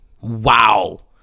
wow